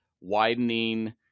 widening